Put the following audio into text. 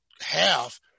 half